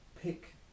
pick